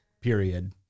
period